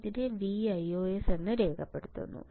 ഇതിനെ Vios എന്ന് രേഖപ്പെടുത്തുന്നു